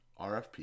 RFP